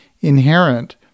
inherent